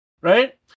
Right